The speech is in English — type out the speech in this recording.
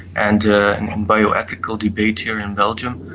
and in bioethical debate here in belgium.